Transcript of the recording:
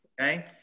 Okay